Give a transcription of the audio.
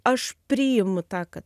aš priimu tą kad